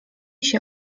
się